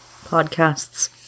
podcasts